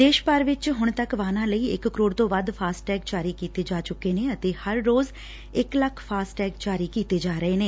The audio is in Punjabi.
ਦੇਸ਼ ਭਰ ਵਿਚ ਹੁਣ ਤੱਕ ਵਾਹਨਾਂ ਲਈ ਇਕ ਕਰੋੜ ਤੋਂ ਵਧ ਫਾਸਟੈਗ ਜਾਰੀ ਕੀਤੇ ਜਾ ਚੁੱਕੇ ਨੇ ਅਤੇ ਹਰ ਰੋਜ਼ ਇਕ ਲੱਖ ਫਾਸਟੈਗ ਜਾਰੀ ਕੀਤੇ ਜਾ ਰਹੇ ਨੇ